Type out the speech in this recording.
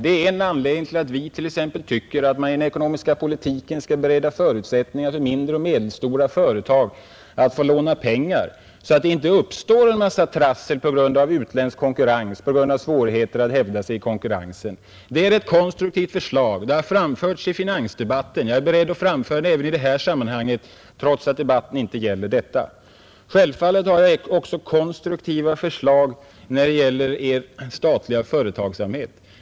Det är en anledning till att vi tycker att man t.ex. i den ekonomiska politiken skall bereda förutsättningar för mindre och medelstora företag att få låna pengar så att det inte uppstår en massa trassel på grund av utländsk konkurrens och på grund av svårigheter att hävda sig i konkurrensen här i landet. Detta är ett konstruktivt förslag. Det har framförts i finansdebatten; jag är beredd att framföra det även i detta sammanhang, trots att debatten inte gäller detta. Självfallet har jag också konstruktiva förslag när det gäller statlig företagsamhet.